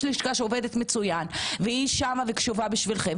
לשכה שעובדת מצוין והיא שם וקשובה בשבילכן,